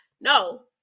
No